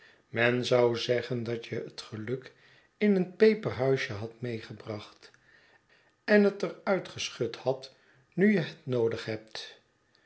men zou zeggen dat je het geluk in een peperhuisje hadt meegebracht en net er uitgeschud hadt nu je het noodig hebt